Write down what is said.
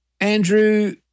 Andrew